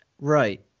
right